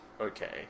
okay